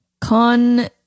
Con